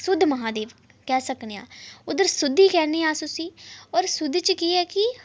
सुद्ध महादेव आक्खी सकने आं उद्धर सुद्धी आखने आं अस उसी और सुद्धी च केह् ऐ कि